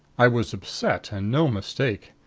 i was upset, and no mistake.